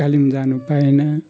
तर कालेबुङ जानु पाएन